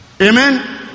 Amen